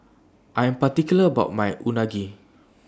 I Am particular about My Unagi